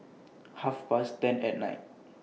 Half Past ten At Night